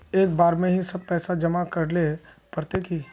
एक बार में ही सब पैसा जमा करले पड़ते की?